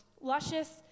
luscious